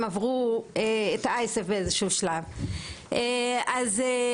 עברו את קרן האייסף בשלב מסוים.